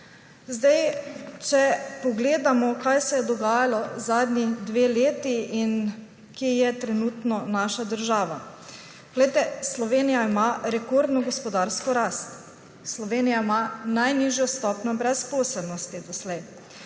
vladanja. Če pogledamo, kaj se je dogajalo zadnji dve leti in kje je trenutno naša država. Slovenija ima rekordno gospodarsko rast. Slovenija ima najnižjo stopnjo brezposelnosti doslej.